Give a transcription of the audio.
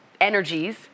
energies